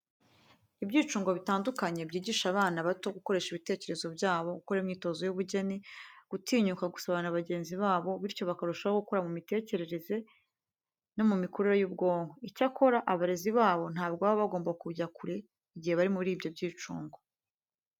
Ibyicungo bitandukanye byigisha abana bato gukoresha ibitekerezo byabo, gukora imyitozo y'ubugeni, gutinyuka gusabana na bagenzi babo bityo bakarushaho gukura mu mitekerereze no mu mikurire y'ubwonko. Icyakora abarezi babo ntabwo baba bagomba kubajya kure igihe bari muri ibi byicungo.